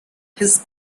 his